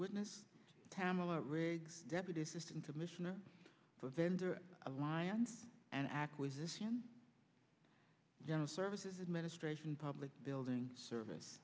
witness tamela riggs deputy assistant commissioner for vendor alliance and acquisition general services administration public building service